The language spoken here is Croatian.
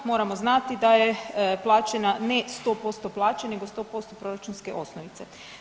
Moramo znati da je plaćana, ne 100% plaće nego 100% proračunske osnovice.